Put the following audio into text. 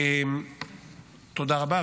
תודה רבה.